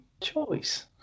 choice